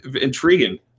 intriguing